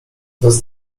bez